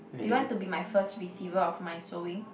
do you want to be my first receiver of my sewing